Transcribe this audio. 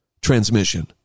transmission